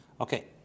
Okay